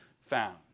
found